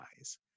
eyes